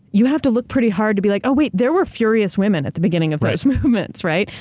you have to look pretty hard to be like, oh, wait. there were furious women at the beginning of those movements. right?